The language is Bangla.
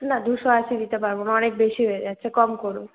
না দুশো আশি দিতে পারবো না অনেক বেশি হয়ে যাচ্ছে কম করুন